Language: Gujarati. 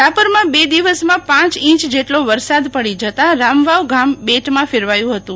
રાપરમાં બે દિવસમાં પાંચ ઇંચ જેટલો વરસાદ પડી જતા રામવાવ ગામ બેટમાં ફેરવાયું હતું